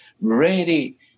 ready